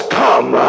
come